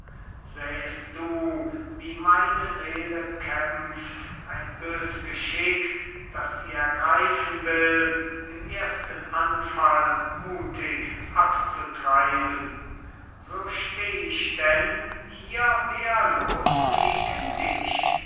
sähest du wie meine seele kämpft ein bös geschick das sie ergreifen will im ersten anfall muthig abzutreiben so steh ich denn hier wehrlos gegen dich